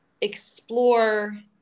explore